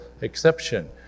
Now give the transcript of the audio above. exception